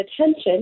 attention